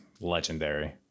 legendary